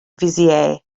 vizier